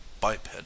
biped